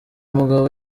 mugabo